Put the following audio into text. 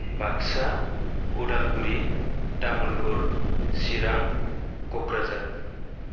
Baksa Udalguri Tamulpur Chirang Kokrajhar